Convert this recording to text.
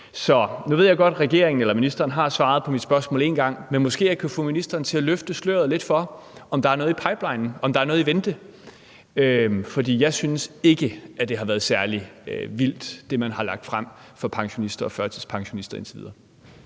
Nu ved jeg godt, at ministeren har svaret på mit spørgsmål én gang, men måske jeg kan få ministeren til at løfte sløret lidt for, om der er noget i pipelinen, om der er noget i vente. For jeg synes ikke, at det, man har lagt frem for pensionister og førtidspensionister indtil videre,